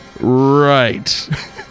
Right